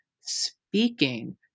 speaking